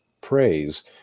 praise